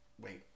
Wait